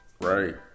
right